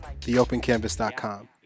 theopencanvas.com